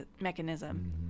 mechanism